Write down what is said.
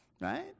right